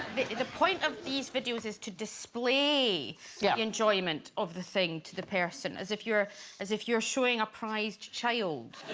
the point of these videos is to display yeah the enjoyment of the thing to the person as if you're as if you're showing a prized child